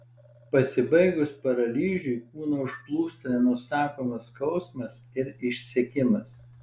pasibaigus paralyžiui kūną užplūsta nenusakomas skausmas ir išsekimas